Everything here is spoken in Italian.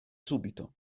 subito